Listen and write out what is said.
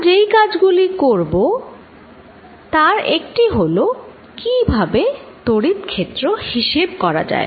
আমরা যেই কাজগুলি করব তার একটি হল কিভাবে তড়িৎ ক্ষেত্র হিসেব করা যায়